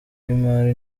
w’imari